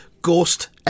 Ghost